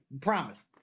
Promise